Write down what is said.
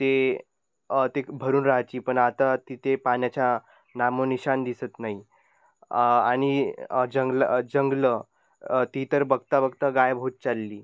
ते ते भरून रहायची पण आता तिथे पाण्याचा नामोनिशान दिसत नाही आणि जंगलं जंगलं ती तर बघता बघता गायब होत चालली